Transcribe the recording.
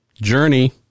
journey